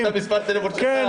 אין לי את מספר הטלפון שלך.